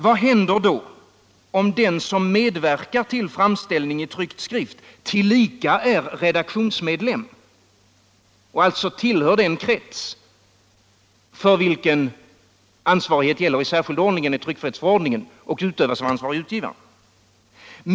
Vad händer då om den som medverkar till framställning i tryckt skrift tillika är redaktionsmedlem och alltså tillhör den krets för vilken ansvarighet gäller i särskild ordning enligt tryckfrihetsförordningen och utövas av ansvarige utgivaren?